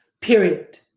period